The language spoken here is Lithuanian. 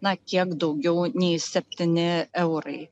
na kiek daugiau nei septyni eurai